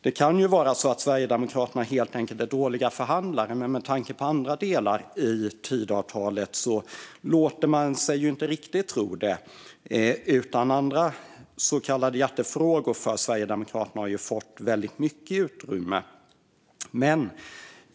Det kan ju vara så att Sverigedemokraterna helt enkelt är dåliga förhandlare, men med tanke på andra delar av Tidöavtalet lockas man inte riktigt att tro det. Andra så kallade hjärtefrågor för Sverigedemokraterna har ju fått väldigt mycket utrymme.